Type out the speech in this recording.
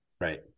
Right